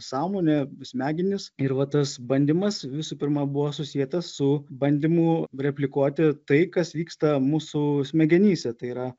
sąmonė smegenys ir va tas bandymas visų pirma buvo susietas su bandymu replikuoti tai kas vyksta mūsų smegenyse tai yra